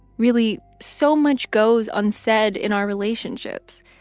really, so much goes unsaid in our relationships,